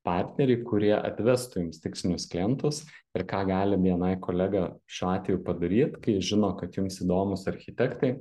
partneriai kurie atvestų jums tikslinius klientus ir ką gali bni kolega šiuo atveju padaryt kai žino kad jums įdomūs architektai